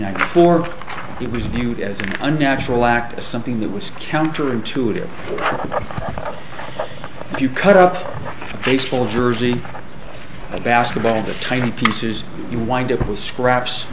ninety four it was viewed as a natural act something that was counter intuitive if you cut up baseball jersey of basketball into tiny pieces you wind up with scraps